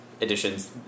Edition's